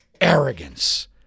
arrogance